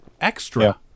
extra